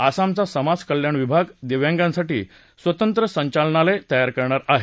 आसामचा समाज कल्याण विभाग दिव्यांगांसाठी स्वतंत्र संचालनालय तयार करणार आहे